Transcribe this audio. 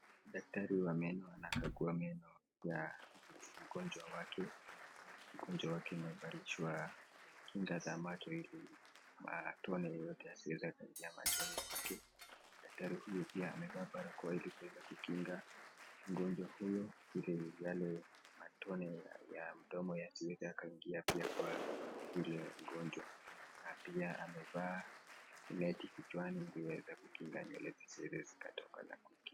Daktari wa meno anakagua meno ya mgonjwa wake. Mgonjwa wake amevalishwa kinga za macho ili matone yoyote yasiweze kuingia machoni mwake. Daktari huyu pia amevaa barakoa ili kuweza kukinga mgonjwa hiyo ili yale matone ya mdomo yasiweze yakaingia pia kwa yule mgonjwa. Na pia amevaa neti kichwani ili aweze kukinga nywele ili zisiweze zikatoka.